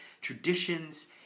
traditions